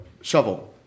shovel